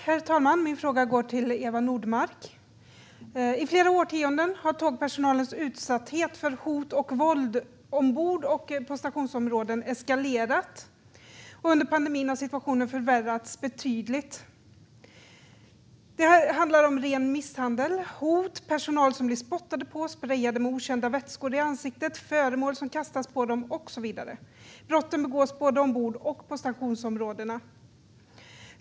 Herr talman! Min fråga går till Eva Nordmark. I flera årtionden har tågpersonalens utsatthet för hot och våld ombord och i stationsområden eskalerat. Under pandemin har situationen förvärrats betydligt. Det handlar om ren misshandel och hot. Personal blir spottad på, blir sprejad med okända vätskor i ansiktet, får föremål kastade på sig och så vidare. Brotten begås både ombord och i stationsområdena.